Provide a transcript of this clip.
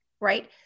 right